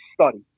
study